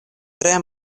tre